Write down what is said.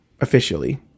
officially